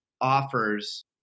offers